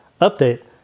Update